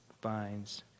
finds